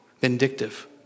vindictive